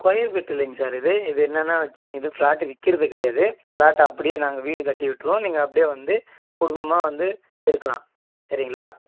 square feet இல்லைங்க sir இது இது என்னென்னா வச்சு இது ஃப்ளாட்டு விற்கிறது கிடையாது ஃப்ளாட் அப்படியே நாங்கள் வீடு கட்டி விட்டுறோம் நீங்கள் அப்படியே வந்து குடும்பமாக வந்து இருக்கலாம் சரிங்களா